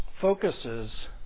focuses